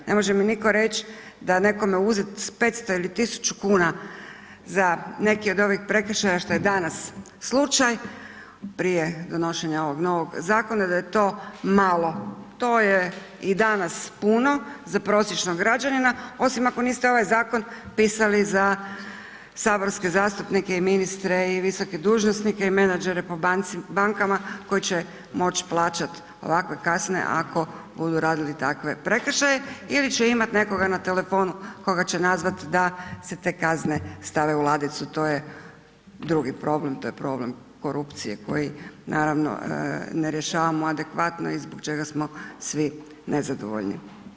Ne može mi nitko reć da nekome uzet 500,00 ili 1.000,00 kn za neke od ovih prekršaja što je danas slučaj, prije donošenja ovog novog zakona da je to malo, to je i danas puno za prosječnog građanina osim ako niste ovaj zakon pisali za saborske zastupnike i ministre i visoke dužnosnike i menadžere po bankama koji će moć plaćat ovakve kazne ako budu radili takve prekršaje ili će imat nekoga na telefonu koga će nazvat da se te kazne stave u ladicu, to je drugi problem, to je problem korupcije koji naravno ne rješavamo adekvatno i zbog čega smo svi nezadovoljni.